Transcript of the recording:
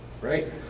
right